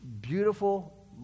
beautiful